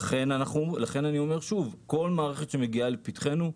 לכן אני אומר שוב: כל מערכת שמגיעה לפתחנו,